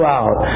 out